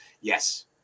Yes